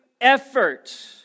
effort